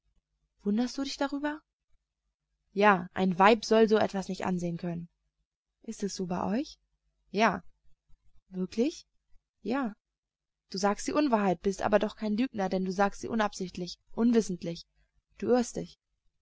wunderst du dich darüber ja ein weib soll so etwas nicht ansehen können ist es so bei euch ja wirklich ja du sagst die unwahrheit bist aber doch kein lügner denn du sagst sie unabsichtlich unwissentlich du irrst dich